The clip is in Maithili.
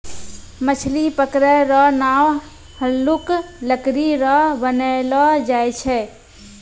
मछली पकड़ै रो नांव हल्लुक लकड़ी रो बनैलो जाय छै